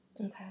okay